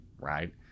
Right